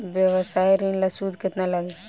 व्यवसाय ऋण ला सूद केतना लागी?